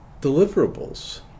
deliverables